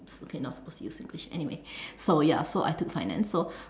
okay not supposed to use singlish anyway so ya so I took finance so